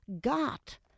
got